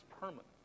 permanent